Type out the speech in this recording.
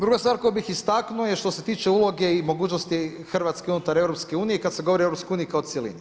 Druga stvar koju bih istaknuo je što se tiče uloge i mogućnosti Hrvatske unutar EU kad se govori o EU kao cjelini.